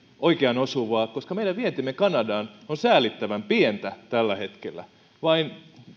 oikeaan osuvaa koska meidän vientimme kanadaan on säälittävän pientä tällä hetkellä vain